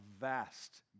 vast